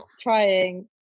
trying